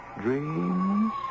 dreams